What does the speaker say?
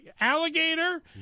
alligator